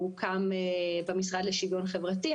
הוא הוקם במשרד לשוויון חברתי,